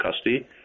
custody